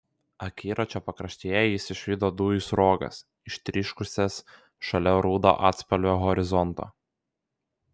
akiračio pakraštyje jis išvydo dujų sruogas ištryškusias šalia rudo atspalvio horizonto